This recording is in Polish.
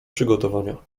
przygotowania